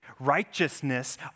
Righteousness